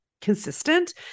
consistent